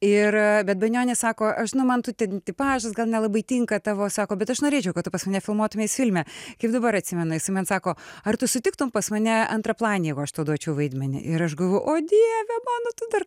ir bet banionis sako aš nu man tu ten tipažas gal nelabai tinka tavo sako bet aš norėčiau kad tu pas mane filmuotumeis filme kaip dabar atsimenu jisai man sako ar tu sutiktum pas mane antraplanį jeigu aš tau duočiau vaidmenį ir aš galvo o dieve mano tu dar